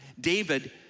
David